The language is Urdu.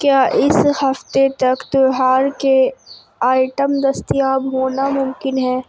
کیا اس ہفتے تک تہوار کے آئٹم دستیاب ہونا ممکن ہے